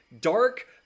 dark